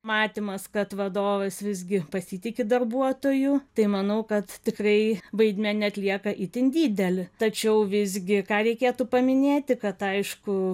matymas kad vadovas visgi pasitiki darbuotoju tai manau kad tikrai vaidmenį atlieka itin didelį tačiau visgi ką reikėtų paminėti kad aišku